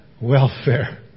welfare